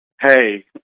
hey